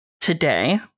today